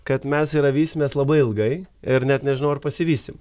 kad mes yra vysimės labai ilgai ir net nežinau ar pasivysim